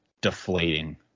deflating